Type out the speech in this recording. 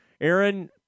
Aaron